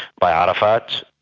by ah arafat,